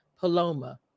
Paloma